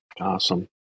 Awesome